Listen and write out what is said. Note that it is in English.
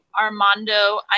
Armando